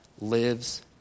lives